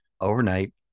overnight